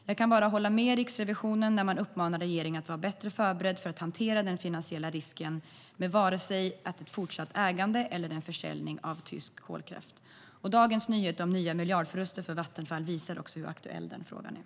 Jag kan bara hålla med Riksrevisionen när man uppmanar regeringen att vara bättre förberedd för att hantera den finansiella risken, vare sig det gäller ett fortsatt ägande eller en försäljning av tysk kolkraft. Dagens nyhet om nya miljardförluster för Vattenfall visar hur aktuell denna fråga är.